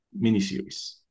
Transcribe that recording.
miniseries